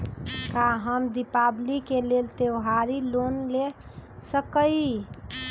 का हम दीपावली के लेल त्योहारी लोन ले सकई?